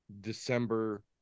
December